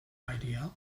idea